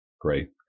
great